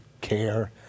care